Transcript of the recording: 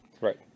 right